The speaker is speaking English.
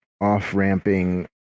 off-ramping